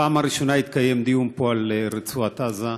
בפעם הראשונה התקיים פה דיון על רצועת עזה.